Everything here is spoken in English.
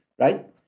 right